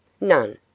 None